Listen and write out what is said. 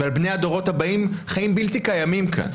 ועל בני הדורות הבאים חיים בלתי קיימים כאן.